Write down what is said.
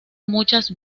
muchas